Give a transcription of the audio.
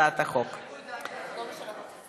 (תלונה של עובד משרד מבקר